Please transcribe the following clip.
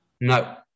no